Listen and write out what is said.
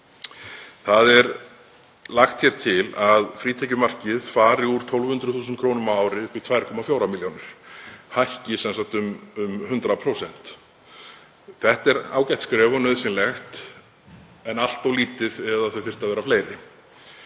Hér er lagt til að frítekjumarkið fari úr 1.200.000 kr. á ári upp í 2,4 milljónir kr., hækki sem sagt um 100%. Það er ágætt skref og nauðsynlegt en allt of lítið eða þau þyrftu að vera fleiri.